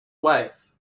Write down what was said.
wife